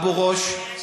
אבו-גוש,